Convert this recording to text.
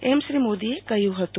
એમ શ્રી મોદીએ કર્યું હતું